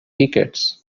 tickets